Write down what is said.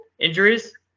Injuries